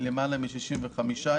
שמחירה מעל 65 אירו,